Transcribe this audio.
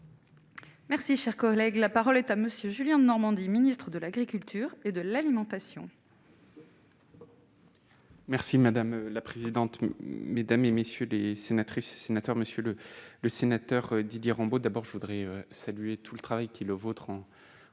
Merci, cher collègue, la parole est à monsieur Julien Denormandie Ministre de l'Agriculture et de l'alimentation. Merci madame la présidente, mesdames et messieurs les sénatrices et sénateurs, Monsieur le, le sénateur Didier Rambaud d'abord je voudrais saluer tout le travail qui le voteront